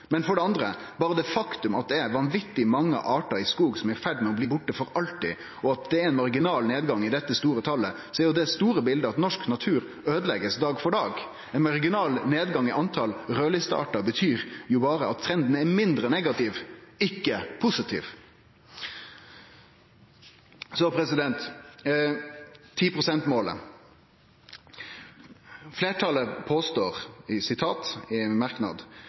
Men for det andre: Berre det faktumet at det er vanvitug mange artar i skog som er i ferd med å bli borte for alltid, og at det er ein marginal nedgang i dette store talet, gjer at det store biletet er at norsk natur blir øydelagd dag for dag. Ein marginal nedgang i talet på raudlisteartar betyr jo berre at trenden er mindre negativ, ikkje positiv. Så til 10 pst.-målet. Fleirtalet påstår i ein merknad: «Stortinget har i